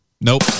Nope